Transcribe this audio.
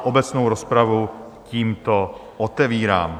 Obecnou rozpravu tímto otevírám.